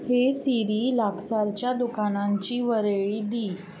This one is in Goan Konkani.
हेय सिरी लागसारच्या दुकानांची वळेरी दी